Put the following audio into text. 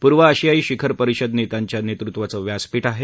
पूर्व आशियाई शिखर परिषद नेत्यांच्या नेतृत्वाचं व्यासपीठ आहे